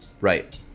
Right